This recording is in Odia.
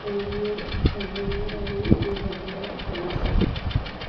କୋଡ଼ିଏ ଫେବୃଆରୀ ଦୁଇ ହଜାର ଚବିଶି